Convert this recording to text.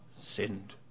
sinned